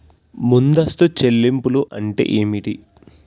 ముందస్తు చెల్లింపులు అంటే ఏమిటి?